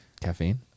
caffeine